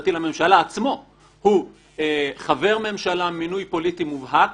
המשפטי לממשלה הוא חבר ממשלה מינוי פוליטי מובהק